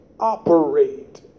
operate